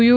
you